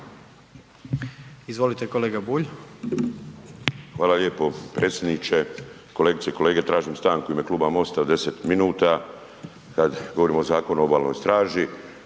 Miro (MOST)** Hvala lijepo. Predsjedniče, kolegice i kolege. Tražim stanku u ime kluba MOST-a od 10 minuta. Kada govorimo o Zakonu o Obalnoj straži